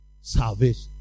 salvation